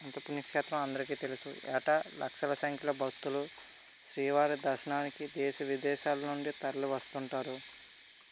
ఎంత పుణ్యక్షేత్రం అందరికి తెలుసు ఏటా లక్షల సంఖ్యలో భక్తులు శ్రీవారి దర్శనానికి దేశవిదేశాల నుంచి తరలి వస్తుంటారు